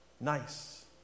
nice